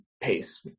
pace